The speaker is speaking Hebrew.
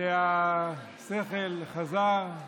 שהשכל חזר,